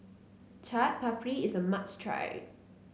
Chaat Papri is a must try